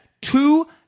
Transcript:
two